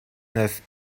neuf